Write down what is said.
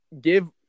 give